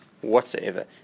whatsoever